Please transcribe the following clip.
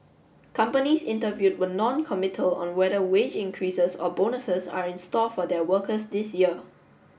companies interviewed were noncommittal on whether wage increases or bonuses are in store for their workers this year